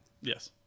Yes